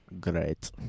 Great